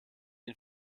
ihn